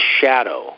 shadow